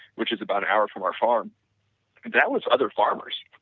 which is about an hour from our farm. and that was other farmers,